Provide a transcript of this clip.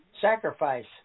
sacrifice